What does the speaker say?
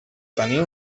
tenir